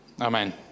Amen